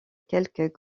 quelques